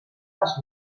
les